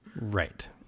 Right